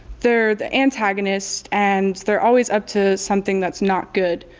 they're the antagonist and they're always up to something that's not good.